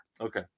Okay